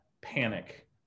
panic